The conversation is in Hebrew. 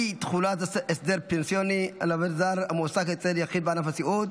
אי-תחולת הסדר פנסיוני על עובד זר המועסק אצל יחיד בענף הסיעוד),